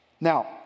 Now